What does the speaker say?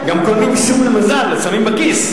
גם קונים שום למזל, אז, שמים בכיס.